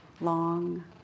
long